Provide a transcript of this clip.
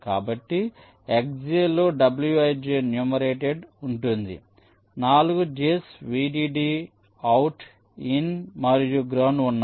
కాబట్టి xj లో wij numerator ఉంటుంది నాలుగు j's vdd అవుట్ ఇన్ మరియు గ్రౌండ్ ఉన్నాయి